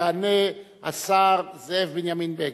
יענה השר זאב בנימין בגין.